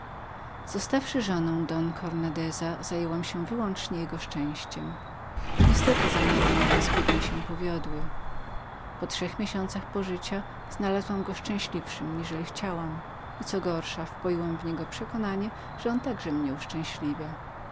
zostawszy żoną don cornandeza zajęłam się wyłącznie jego szczęściem niestety zamiary moje zbyt mi się powiodły po trzech miesięcach pożycia znalazłam go szczęśliwszym niżeli chciałam i co gorsza wpoiłam w niego przekonanie że on także mnie uszczęśliwiał